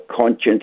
conscience